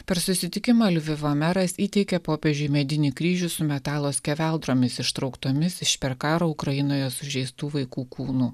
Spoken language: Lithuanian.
per susitikimą lvivo meras įteikė popiežiui medinį kryžių su metalo skeveldromis ištrauktomis iš per karą ukrainoje sužeistų vaikų kūnų